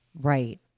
Right